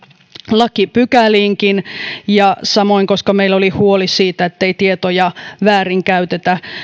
lakipykäliinkin ja samoin koska meillä oli huoli siitä ettei tietoja väärinkäytetä